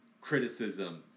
criticism